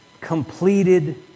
completed